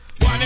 one